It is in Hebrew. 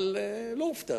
אבל לא הופתעתי,